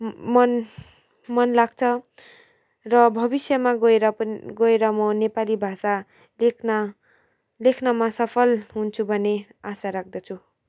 मन मन लाग्छ र भविष्यमा गएर पनि गएर म नेपाली भाषा लेख्न लेख्नमा सफल हुन्छु भन्ने आसा राख्दछु